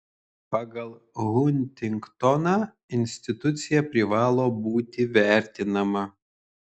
pagal huntingtoną institucija privalo būti vertinama